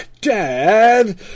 dad